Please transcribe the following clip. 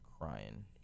crying